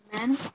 Amen